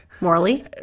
Morley